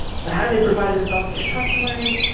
so how did they provide the results to your customers?